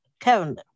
Kevin